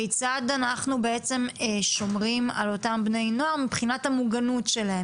כיצד אנחנו שומרים על המוגנות של בני הנוער?